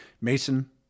Mason